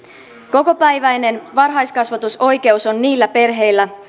kokopäiväinen varhaiskasvatusoikeus on niillä perheillä